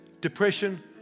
depression